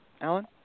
Alan